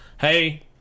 hey